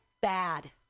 bad